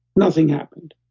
nothing happened.